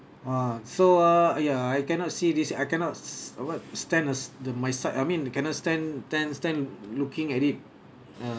uh so ah ya I cannot see this I cannot s~ what stand as the my side I mean cannot stand stand stand looking at it